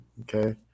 okay